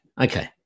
Okay